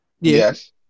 Yes